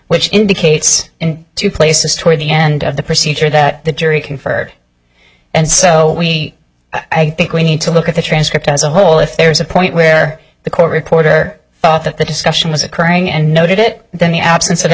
which indicates in two places toward the end of the procedure that the jury conferred and so we i think we need to look at the transcript as a whole if there is a point where the court reporter thought that the discussion was occurring and noted it then the a